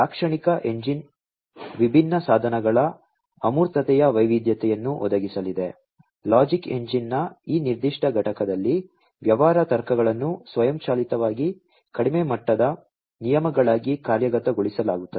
ಲಾಕ್ಷಣಿಕ engine ವಿಭಿನ್ನ ಸಾಧನಗಳ ಅಮೂರ್ತತೆಯ ವೈವಿಧ್ಯತೆಯನ್ನು ಒದಗಿಸಲಿದೆ ಲಾಜಿಕ್ ಎಂಜಿನ್ನ ಈ ನಿರ್ದಿಷ್ಟ ಘಟಕದಲ್ಲಿ ವ್ಯವಹಾರ ತರ್ಕಗಳನ್ನು ಸ್ವಯಂಚಾಲಿತವಾಗಿ ಕಡಿಮೆ ಮಟ್ಟದ ನಿಯಮಗಳಾಗಿ ಕಾರ್ಯಗತಗೊಳಿಸಲಾಗುತ್ತದೆ